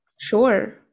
sure